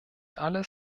alles